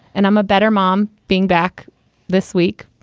and i'm a better mom. being back this week,